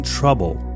trouble